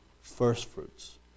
firstfruits